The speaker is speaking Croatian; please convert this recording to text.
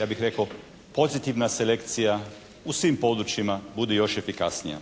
ja bih rekao pozitivna selekcija u svim područjima bude još efikasnija.